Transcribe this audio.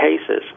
cases